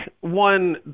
one